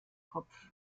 kopf